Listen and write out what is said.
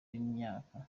w’imyaka